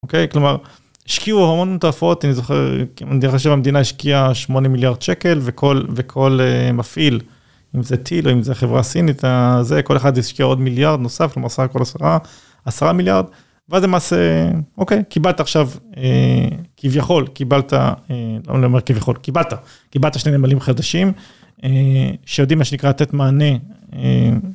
אוקיי? כלומר, השקיעו הון תועפות, אני זוכר, אני חושב שהמדינה השקיעה 8 מיליארד שקל, וכל מפעיל, אם זה טיל או אם זו חברה סינית, כל אחד ישקיע עוד מיליארד נוסף, כלומר, עשרה מיליארד, ואז למעשה, אוקיי, קיבלת עכשיו, כביכול, קיבלת, לא אומר כביכול, קיבלת, קיבלת שני נמלים חדשים, שיודעים מה שנקרא, לתת מענה.